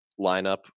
lineup